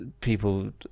People